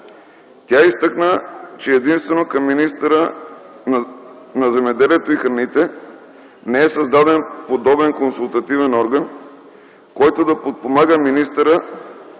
Тя изтъкна, че единствено към министъра на земеделието и храните не е създаден подобен консултативен орган, който да подпомага министъра